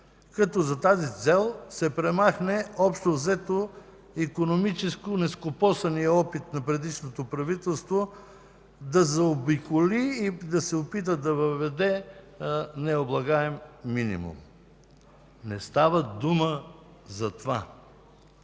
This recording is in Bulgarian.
като за тази цел се премахне общо-взето икономически нескопосаният опит на предишното правителство да заобиколи и да се опита да въведе необлагаем минимум. Не става дума за това.